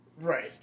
Right